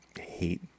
hate